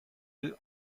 œufs